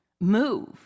move